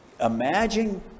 Imagine